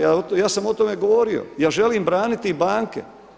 Ja sam o tome govorio, ja želim braniti i banke.